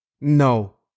No